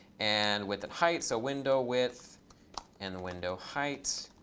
and with it, height. so window width and window height.